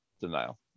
denial